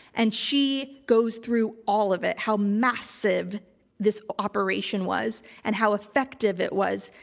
and she goes through all of it, how massive this operation was and how effective it was.